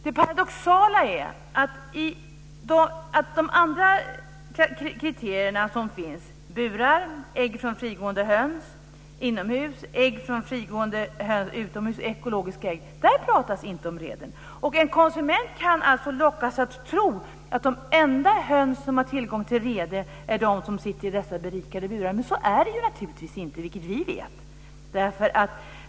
Det paradoxala är att det inte pratas om reden i de andra kriterierna som finns när det gäller burar, ägg från frigående höns inomhus, ägg från frigående höns utomhus och ekologiska ägg. En konsument kan alltså lockas att tro att de enda höns som har tillgång till reden är de som sitter i dessa berikade burar, men så är det naturligtvis inte, vilket vi vet.